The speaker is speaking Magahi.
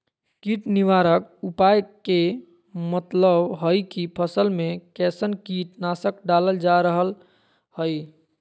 कीट निवारक उपाय के मतलव हई की फसल में कैसन कीट नाशक डालल जा रहल हई